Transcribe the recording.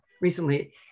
recently